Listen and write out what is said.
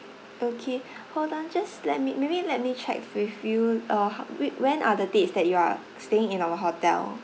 okay hold on just let me maybe let me check with you uh h~ when are the dates that you are staying in our hotel